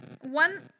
one